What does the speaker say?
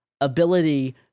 ability